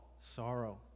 sorrow